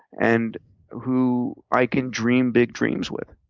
and who i can dream big dreams with.